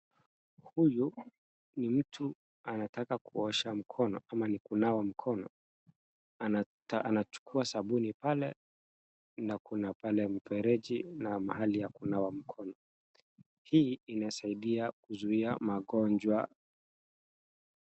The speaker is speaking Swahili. Huyu ni mtu anataka kuosha mikono ama ni kunawa mikono. Anachukua sabuni pale na kuna pale mfereji na pahali ya kunawa mkono. Hii insasaidia kuzuia magonjwa.